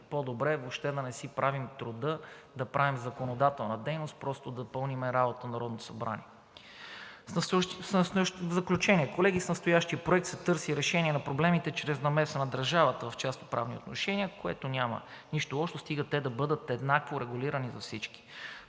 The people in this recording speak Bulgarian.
по-добре въобще да не си правим труда да правим законодателна дейност – просто да пълним работата на Народното събрание. В заключение, колеги, с настоящия проект се търси решение на проблемите чрез намеса на държавата в частноправни отношения, в което няма нищо лошо, стига те да бъдат еднакво регулирани за всички.